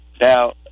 Now